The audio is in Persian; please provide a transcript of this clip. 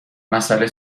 مسئله